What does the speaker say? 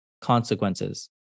consequences